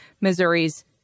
Missouri's